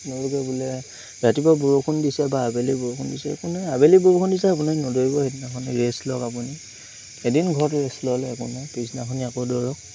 তেওঁলোকে বোলে ৰাতিপুৱা বৰষুণ দিছে বা আবেলি বৰষুণ দিছে একো নাই আবেলি বৰষুণ দিছে আপুনি নদৌৰিব সেইদিনাখন ৰেষ্ট লওক আপুনি এদিন ঘৰত ৰেষ্ট ল'লে একো নাই পিছদিনাখন আকৌ দৌৰক